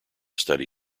study